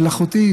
מלאכותית,